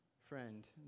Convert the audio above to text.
Friend